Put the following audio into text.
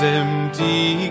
empty